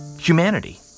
humanity